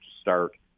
start